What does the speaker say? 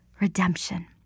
redemption